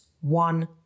one